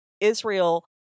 Israel